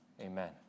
Amen